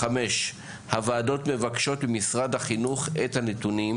הוועדות מבקשות ממשרד החינוך את הנתונים.